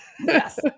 Yes